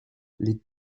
les